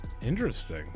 Interesting